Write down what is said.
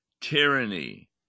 tyranny